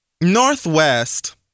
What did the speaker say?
Northwest